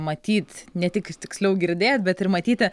matyt ne tik tiksliau girdėt bet ir matyti